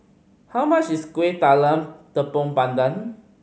how much is Kuih Talam Tepong Pandan